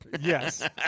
Yes